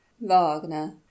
wagner